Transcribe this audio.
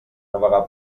navegar